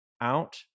out